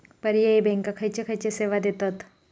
पर्यायी बँका खयचे खयचे सेवा देतत?